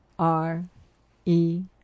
R-E